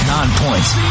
Non-points